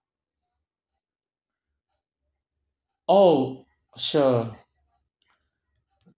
oh sure